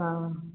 हाँ